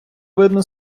видно